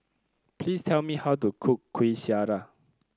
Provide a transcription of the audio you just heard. please tell me how to cook Kuih Syara